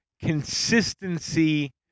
consistency